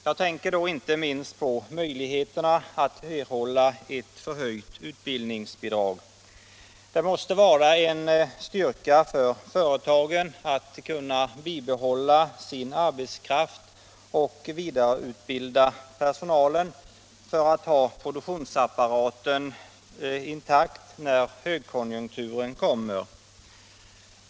Jag tänker då inte minst på möjligheterna att erhålla förhöjt utbildningsbidrag. Det måste vara en styrka för företagen att kunna bibehålla sin arbetskraft och vidareutbilda personalen för att ha produktionsapparaten intakt när högkonjunkturen kommer.